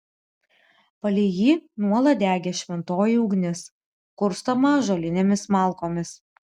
palei jį nuolat degė šventoji ugnis kurstoma ąžuolinėmis malkomis